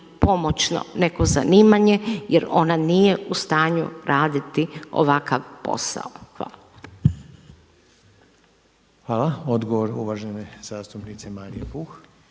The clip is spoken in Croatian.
pomoćno neko zanimanje jer ona nije u stanju raditi ovakav posao. Hvala. **Reiner, Željko (HDZ)** Hvala. Odgovor uvažane zastupnice Marije Puh.